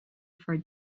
for